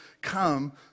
come